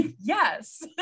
yes